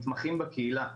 מתמחים בקהילה,